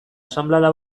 asanblada